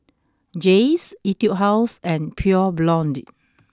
Jays Etude House and Pure Blonde